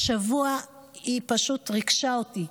והשבוע היא פשוט ריגשה אותי,